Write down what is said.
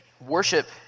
Worship